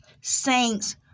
saints